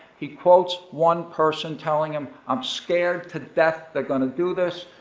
he quotes one person telling him, i'm scared to death they're gonna do this.